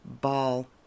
Ball